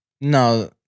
No